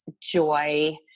joy